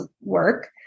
work